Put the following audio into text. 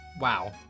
Wow